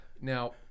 Now